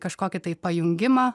kažkokį tai pajungimą